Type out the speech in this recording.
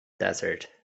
desert